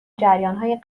جریانهای